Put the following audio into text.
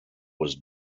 was